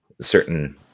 certain